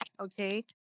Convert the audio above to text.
Okay